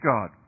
God